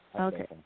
Okay